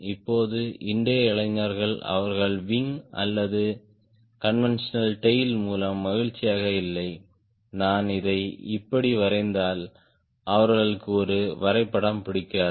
இப்போது இன்றைய இளைஞர்கள் அவர்கள் விங் அல்லது கான்வென்ஷனல் டேய்ல் மூலம் மகிழ்ச்சியாக இல்லை நான் இதை இப்படி வரைந்தால் அவர்களுக்கு ஒரு வரைபடம் பிடிக்காது